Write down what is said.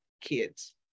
kids